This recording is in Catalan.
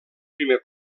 primer